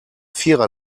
vierer